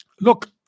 Look